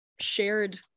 Shared